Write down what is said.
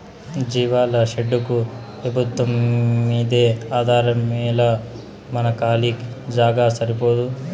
జీవాల షెడ్డుకు పెబుత్వంమ్మీదే ఆధారమేలా మన కాలీ జాగా సరిపోదూ